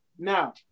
Now